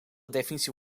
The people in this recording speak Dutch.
definitie